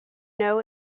know